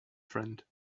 friend